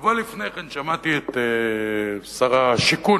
שבוע לפני כן שמעתי את שר השיכון